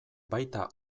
baita